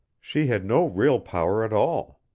she had no real power at all.